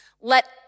Let